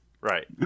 Right